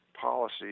policy